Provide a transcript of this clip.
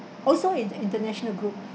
also in the international group